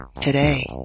today